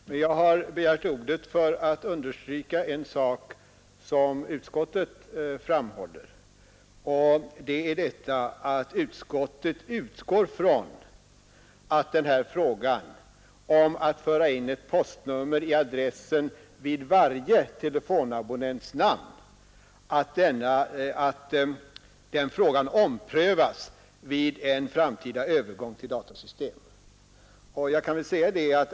Men jag har begärt ordet för att understryka en sak som utskottet framhåller, och det är detta att utskottet utgår från att frågan om att föra in postnumret i adressen vid varje telefonabonnents namn omprövas vid en framtida övergång till datasystem.